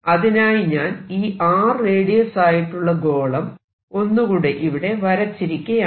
അതിനായി ഞാൻ ഈ R റേഡിയസ് ആയിട്ടുള്ള ഗോളം ഒന്നുകൂടെ ഇവിടെ വരച്ചിരിക്കയാണ്